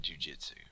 jujitsu